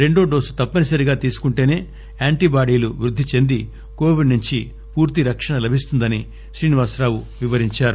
రెండో డోసు తప్పనిసరిగా తీసుకుంటేసే యాంటీబాడీలు వృద్గిచెంది కొవిడ్ నుంచి పూర్తి రక్షణ లభిస్తుందని డాక్టర్ శ్రీనివాసరావు వివరించారు